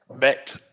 met